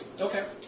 Okay